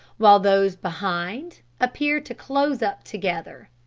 while those behind appear to close up together.